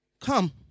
Come